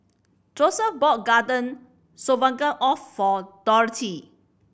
Joesph bought Garden Stroganoff for Dorthy